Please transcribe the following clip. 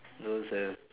those have